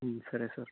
సరే సార్